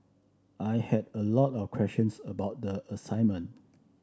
I had a lot of questions about the assignment